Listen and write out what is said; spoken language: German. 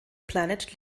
planet